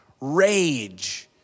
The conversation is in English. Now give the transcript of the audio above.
rage